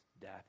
death